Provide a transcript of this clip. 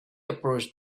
approached